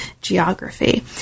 geography